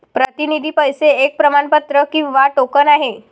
प्रतिनिधी पैसे एक प्रमाणपत्र किंवा टोकन आहे